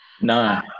No